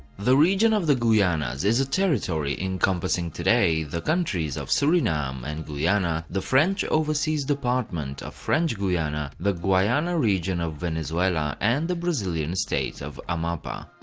the region of the guianas is a territory encompassing today the countries of suriname and guyana, the french overseas department of french guiana, the guayana region of venezuela and the brazilian state of amapa.